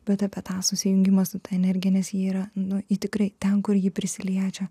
bet apie tą susijungimą su ta energija nes ji yra nu ji tikrai ten kur ji prisiliečia